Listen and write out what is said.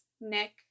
Nick